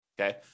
Okay